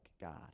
God